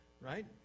right